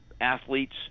athletes